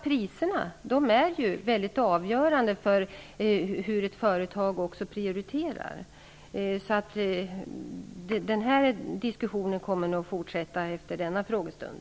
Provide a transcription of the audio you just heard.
Priserna är ju i hög grad avgörande för ett företags prioriteringar. Den här diskussionen kommer nog att fortsätta också efter denna frågestund.